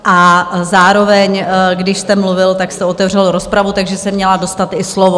A zároveň, když jste mluvil, jste otevřel rozpravu, takže jsem měla dostat i slovo.